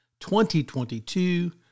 2022